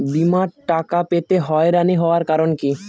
বিমার টাকা পেতে হয়রানি হওয়ার কারণ কি?